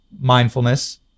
mindfulness